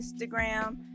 Instagram